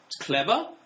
clever